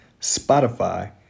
Spotify